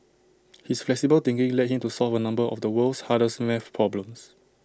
his flexible thinking led him to solve A number of the world's hardest math problems